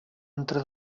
entre